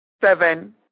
seven